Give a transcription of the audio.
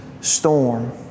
storm